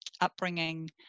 upbringing